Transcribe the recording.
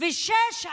ו-16